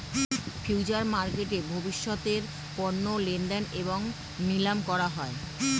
future মার্কেটে ভবিষ্যতের পণ্য লেনদেন এবং নিলাম করা হয়